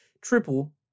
Triple